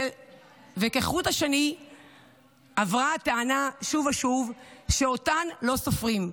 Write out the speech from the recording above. כחוט השני עברה שוב ושוב הטענה שאותן לא סופרים,